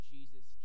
Jesus